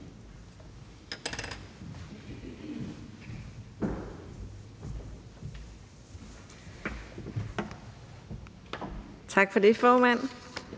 Tak for det, formand.